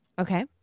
Okay